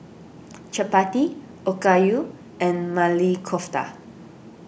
Chapati Okayu and Maili Kofta